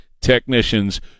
technicians